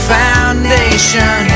foundation